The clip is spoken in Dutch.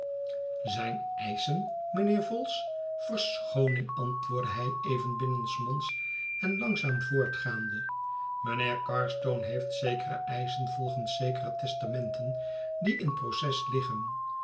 zijne eischen mijnheer vholes verschooning antwoordde hij even binnensmonds en langzaam voortgaande mijnheer carstone heeft zekere eischen volgens zekere testamenten die in proces liggen